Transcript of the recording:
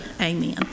amen